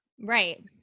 right